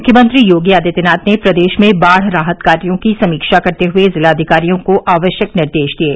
मुख्यमंत्री योगी आदित्यनाथ ने प्रदेश में बाढ़ राहत कार्यों की समीक्षा करते हुये जिलाधिकारियों को आवश्यक निर्देश दिये